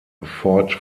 fort